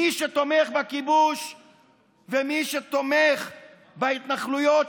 מי שתומך בכיבוש ומי שתומך בהתנחלויות,